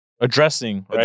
Addressing